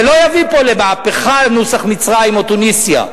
זה לא יביא פה למהפכה נוסח מצרים או תוניסיה,